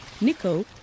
Nico